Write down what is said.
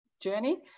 journey